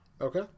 okay